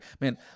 Man